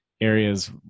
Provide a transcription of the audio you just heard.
areas